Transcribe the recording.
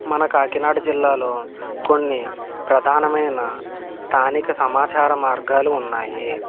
మన కాకినాడ జిల్లాలో కొన్ని ప్రధానమైన స్థానిక సమాచార మార్గాలు ఉన్నాయి